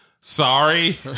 Sorry